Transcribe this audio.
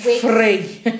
Free